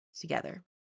together